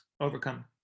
overcome